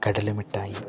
കടല മിഠായി